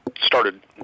started